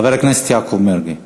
חבר הכנסת יעקב מרגי.